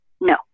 No